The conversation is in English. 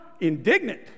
indignant